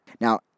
Now